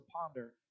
ponder